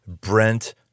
Brent